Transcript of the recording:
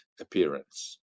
appearance